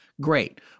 Great